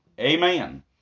Amen